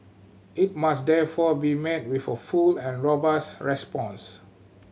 it must therefore be met with a full and robust response